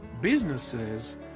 Businesses